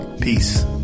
peace